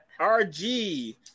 rg